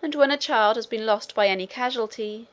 and when a child has been lost by any casualty,